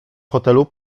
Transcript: hotelu